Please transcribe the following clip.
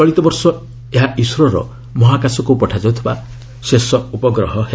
ଚଳିତବର୍ଷ ଏହା ଇସ୍ରୋର ମହାକାଶକୁ ପଠାଯାଉଥିବା ଶେଷ ଉପଗ୍ରହ ହେବ